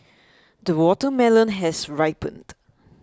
the watermelon has ripened